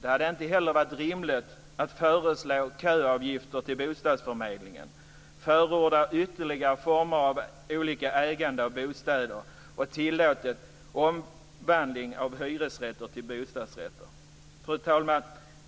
Det hade inte heller varit rimligt att föreslå köavgifter till bostadsförmedlingen, förorda ytterligare former av olika ägande av bostäder och tillåta omvandling av hyresrätter till bostadsrätter. Fru talman!